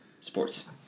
sports